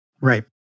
Right